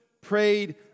prayed